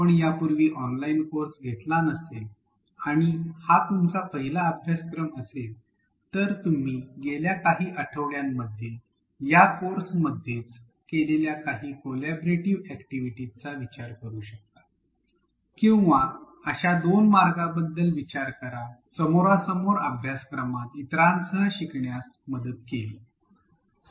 आपण यापूर्वी online course घेतला नसेल आणि हा तुमचा पहिला अभ्यासक्रम असेल तर तुम्ही गेल्या काही आठवड्यांमध्ये या कोर्समध्येच केलेल्या काही कोल्याब्रेटीव्ह अॅक्टिव्हिटीसचा विचार करू शकता किंवा अशा दोन मार्गांबद्दल विचार करा ज्याने आपल्याला समोरासमोर अभ्यासक्रमात इतरांसह शिकण्यास मदत केली